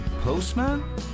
postman